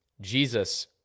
Jesus